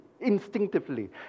instinctively